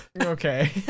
Okay